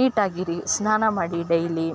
ನೀಟಾಗಿರಿ ಸ್ನಾನ ಮಾಡಿ ಡೈಲಿ